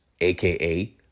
aka